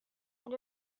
and